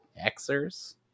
Xers